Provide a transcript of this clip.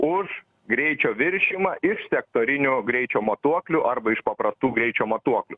už greičio viršijimą iš sektorinių greičio matuoklių arba iš paprastų greičio matuoklių